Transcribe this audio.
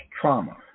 trauma